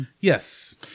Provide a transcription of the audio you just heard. Yes